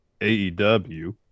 AEW